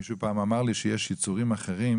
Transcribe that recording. מישהו פעם אמר לי שיש יצורים אחרים,